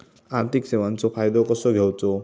आर्थिक सेवाचो फायदो कसो घेवचो?